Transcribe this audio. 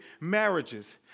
marriages